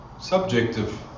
subjective